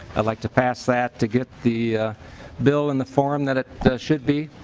i like to pass that to get the bill in the form that it should be.